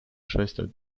schwester